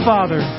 Father